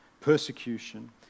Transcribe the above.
persecution